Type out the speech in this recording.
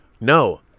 no